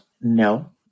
No